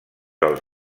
els